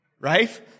right